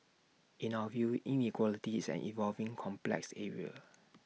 in our view inequality is an evolving complex area